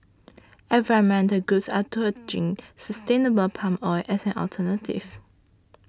environmental groups are touting sustainable palm oil as an alternative